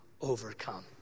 overcome